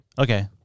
Okay